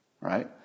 Right